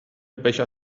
becher